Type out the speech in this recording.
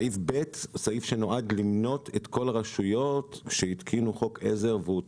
סעיף ב' נועד למנות את כל הרשויות שהתקינו חוק עזר והוא תקף,